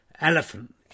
elephant